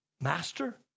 master